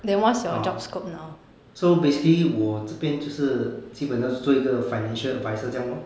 orh so basically 我这边就是基本上是做一个 financial adviser 这样 lor